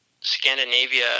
Scandinavia